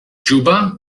juba